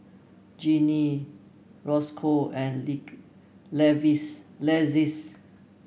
Jenni Rosco and Lexis